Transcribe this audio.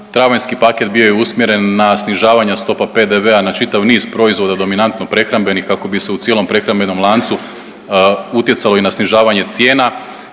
travanjski paket bio je usmjeren na snižavanje stopa PDV-a na čitav niz proizvoda, dominantno prehrambenih kako bi se u cijelom prehrambenom lancu utjecalo i na snižavanje cijena.